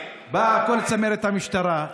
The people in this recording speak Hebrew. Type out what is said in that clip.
באה כל צמרת המשטרה,